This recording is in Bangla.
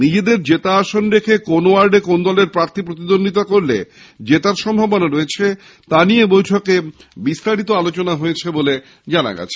নিজেদের জেতা আসন রেখে কোন্ ওয়ার্ডে কোন্ দলের প্রার্থী প্রতিদ্বন্দ্বিতা করলে জেতার সম্ভাবনা রয়েছে সেই বিষয়ে বৈঠকে বিস্তারিত আলোচনা হয়েছে বলে জানা গেছে